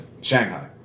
Shanghai